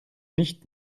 nicht